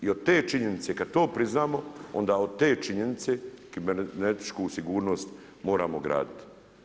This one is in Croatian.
I od te činjenice, kada to priznamo onda od te činjenice kibernetičku sigurnost moramo graditi.